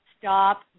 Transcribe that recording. stop